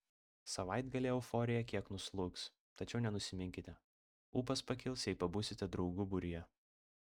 savaitgalį euforija kiek nuslūgs tačiau nenusiminkite ūpas pakils jei pabūsite draugų būryje